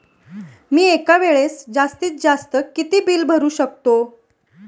मी एका वेळेस जास्तीत जास्त किती बिल भरू शकतो?